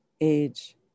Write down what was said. age